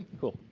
cool.